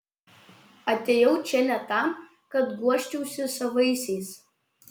atėjau čia ne tam kad guosčiausi savaisiais